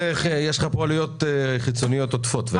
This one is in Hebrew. יש לך פה עלויות חיצוניות עודפות.